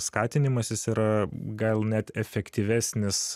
skatinimas jis yra gal net efektyvesnis